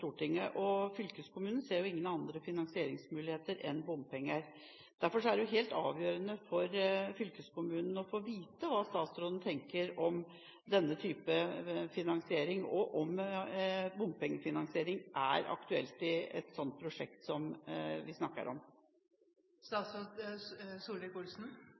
Stortinget. Fylkeskommunen ser ingen andre finansieringsmuligheter enn bompenger. Derfor er det helt avgjørende for fylkeskommunen å få vite hva statsråden tenker om denne typen finansiering, og om bompengefinansiering er aktuelt i et sånt prosjekt som vi snakker